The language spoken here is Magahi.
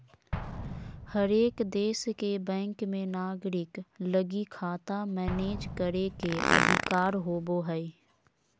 हरेक देश के बैंक मे नागरिक लगी खाता मैनेज करे के अधिकार होवो हय